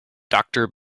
doctor